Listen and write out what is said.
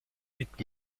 mit